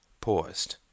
paused